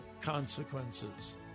consequences